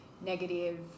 negative